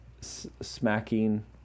smacking